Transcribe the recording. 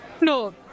No